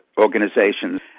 organizations